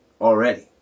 already